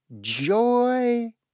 joy